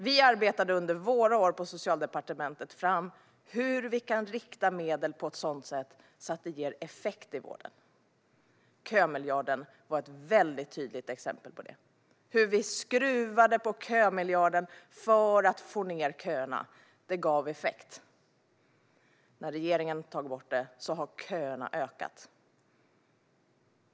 Vi arbetade under våra år på Socialdepartementet fram hur vi kan rikta medel på ett sådant sätt att det ger effekt i vården. Kömiljarden var ett tydligt exempel på detta. Vi skruvade på den för att få ned köerna, och det gav effekt. När regeringen tog bort den ökade köerna.